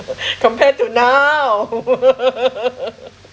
compared to now